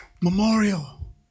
Memorial